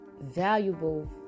valuable